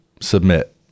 submit